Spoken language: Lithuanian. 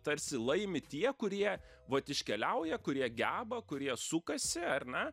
tarsi laimi tie kurie vat iškeliauja kurie geba kurie sukasi ar ne